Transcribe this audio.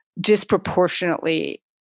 disproportionately